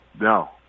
no